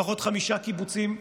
לפחות חמישה קיבוצים,